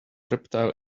reptile